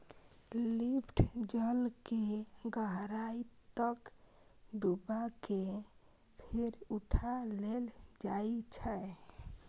lift जाल कें गहराइ तक डुबा कें फेर उठा लेल जाइ छै